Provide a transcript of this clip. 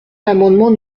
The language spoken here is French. l’amendement